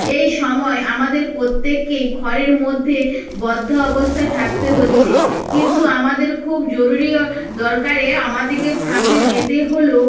এই সময় আমাদের প্রত্যেককে ঘরের মধ্যে বদ্ধ অবস্থায় থাকতে হচ্ছে কিন্তু আমাদের খুব জরুরি ও দরকারে আমাদেরকে ফাঁকে যেতে হলো